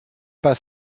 pas